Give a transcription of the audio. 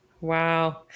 Wow